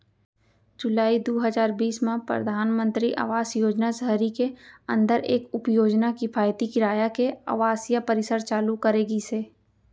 जुलाई दू हजार बीस म परधानमंतरी आवास योजना सहरी के अंदर एक उपयोजना किफायती किराया के आवासीय परिसर चालू करे गिस हे